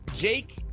Jake